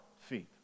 feet